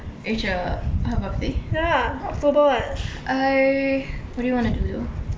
rachel her birthday I what do you want to do though